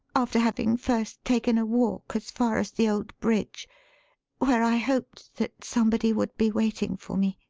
after having first taken a walk as far as the old bridge where i hoped that somebody would be waiting for me.